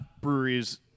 breweries